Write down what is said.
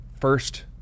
first